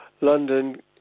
London